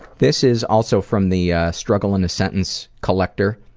this is also from the struggle in a sentence collector,